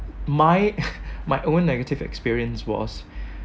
my my own negative experience was